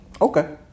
Okay